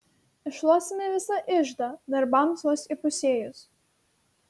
iššluosime visą iždą darbams vos įpusėjus